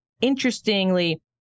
interestingly